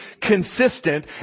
consistent